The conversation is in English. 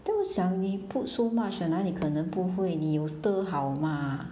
then 我想你 put so much 了哪里可能不会你有 stir 好吗